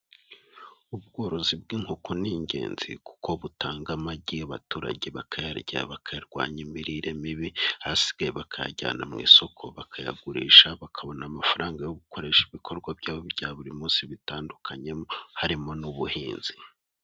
Ubworozi bw'inkoko ni ingenzi kuko butanga amagi abaturage bakayarya bakarwanya imirire mibi, ayasigaye bakayajyana mu isoko bakayagurisha bakabona amafaranga yo gukoresha ibikorwa byabo bya buri munsi bitandukanyemo harimo n'ubuhinzi.